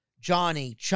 Johnny